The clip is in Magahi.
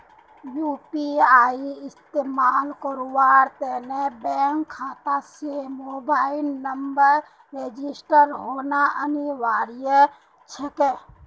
यू.पी.आई इस्तमाल करवार त न बैंक खाता स मोबाइल नंबरेर रजिस्टर्ड होना अनिवार्य छेक